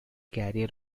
carrier